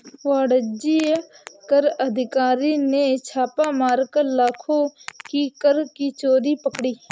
वाणिज्य कर अधिकारी ने छापा मारकर लाखों की कर की चोरी पकड़ी